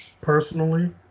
personally